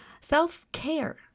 Self-care